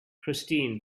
christine